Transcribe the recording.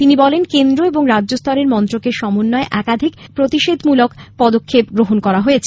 তিনি বলেন কেন্দ্র এবং রাজ্যস্তরের মন্ত্রকের সমন্বয়ে একাধিক প্রতিষেধমূলক পদক্ষেপ গ্রহণ করা হয়েছে